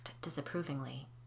disapprovingly